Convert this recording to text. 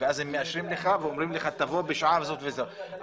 ואז הם מאשרים לך ואומרים לך תבוא בשעה זאת וזאת.